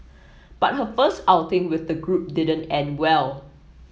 but her first outing with the group didn't end well